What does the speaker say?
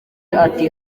ati